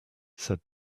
said